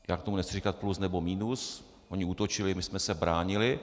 Já k tomu nechci říkat plus nebo minus, oni útočili, my jsme se bránili.